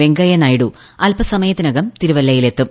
വെങ്കയ്യ നായിഡു അൽപസമയത്തിനകം തിരുവല്ലയിൽ എത്തും